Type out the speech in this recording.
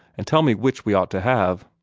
and tell me which we ought to have.